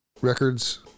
records